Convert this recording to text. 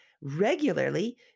regularly